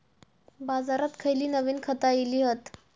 बाजारात खयली नवीन खता इली हत?